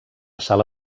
sala